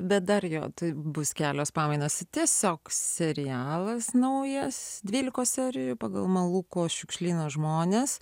bet dar jo tai bus kelios pamainos tiesiog serialas naujas dvylikos serijų pagal malūko šiukšlyno žmones